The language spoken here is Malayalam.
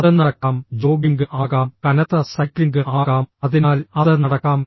അത് നടക്കാം ജോഗിംഗ് ആകാം കനത്ത സൈക്ലിംഗ് ആകാം അതിനാൽ അത് നടക്കാം